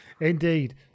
Indeed